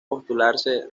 postularse